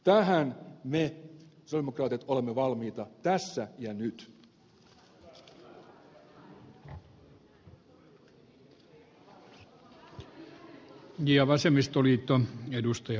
tähän me sosialidemokraatit olemme valmiita tässä ja nyt